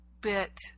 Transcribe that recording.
bit